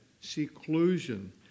seclusion